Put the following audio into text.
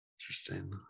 Interesting